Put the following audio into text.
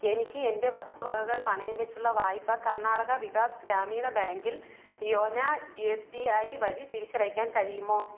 എനിക്ക് എൻ്റെ വസ്തുവകകൾ പണയം വെച്ചുള്ള വായ്പ കർണാടക വികാസ് ഗ്രാമീണ ബാങ്കിൽ യോനോ എസ് ബി ഐ വഴി തിരിച്ചടയ്ക്കാൻ കഴിയുമോ